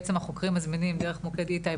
בעצם החוקרים מזמינים דרך מוקד איטייפ